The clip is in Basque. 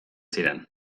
ziren